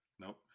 Nope